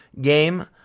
game